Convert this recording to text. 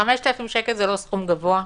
זה לא סכום גבוה.